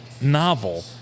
novel